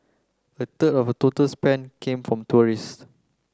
a third of total spend came from tourists